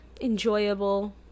enjoyable